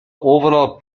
overall